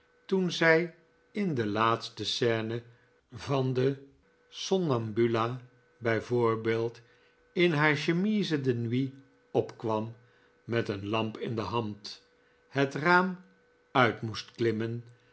toen zij in de laatste scene van de sonnambula bijvoorbeeld in haar chemise de nuit opkwam met een lamp in de hand het raam uit moest klimmen